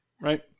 right